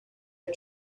had